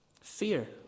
Fear